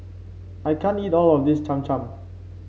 I can't eat all of this Cham Cham